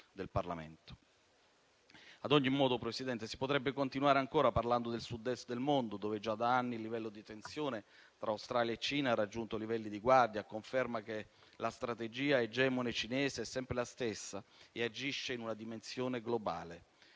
Ad ogni modo, signor Presidente, si potrebbe continuare ancora parlando del Sud-Est del mondo, dove già da anni il livello di tensione tra Australia e Cina ha raggiunto livelli di guardia, a conferma che la strategia egemone cinese è sempre la stessa e agisce in una dimensione globale.